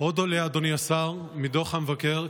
עוד עולה מדוח המבקר,